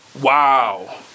wow